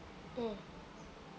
mm